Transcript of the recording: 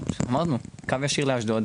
אמרנו ואומר שוב: קו ישיר לאשדוד,